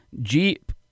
Jeep